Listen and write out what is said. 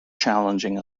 challenging